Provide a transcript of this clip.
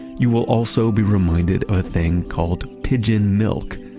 you will also be reminded of a thing called pigeon milk.